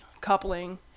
coupling